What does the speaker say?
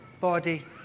body